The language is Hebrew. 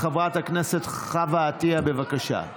חברת הכנסת חוה עטייה, בבקשה.